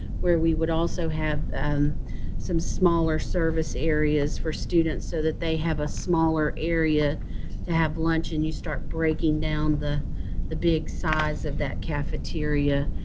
where we would also have some smaller service areas for students so that they have a smaller area to have lunch, and you start breaking down the the big size of that cafeteria,